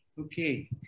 Okay